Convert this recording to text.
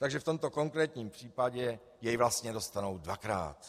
Takže v tomto konkrétním případě jej vlastně dostanou dvakrát.